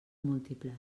múltiples